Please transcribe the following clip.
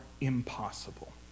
impossible